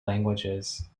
languages